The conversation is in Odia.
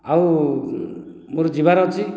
ଆଉ ମୋର ଯିବାର ଅଛି